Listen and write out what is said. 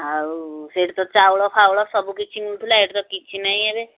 ଆଉ ସେଇଠି ତ ଚାଉଳ ଫାଉଳ ସବୁ କିଛି ହଉଥିଲା ଏବେ ତ କିଛି ନାଇଁ ଏବେ